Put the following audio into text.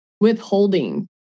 withholding